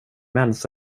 mens